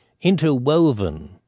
interwoven